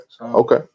Okay